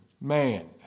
man